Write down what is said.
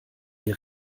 die